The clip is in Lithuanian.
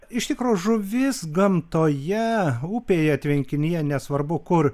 iš tikro žuvis gamtoje upėje tvenkinyje nesvarbu kur